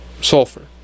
Sulfur